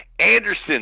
Anderson